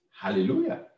Hallelujah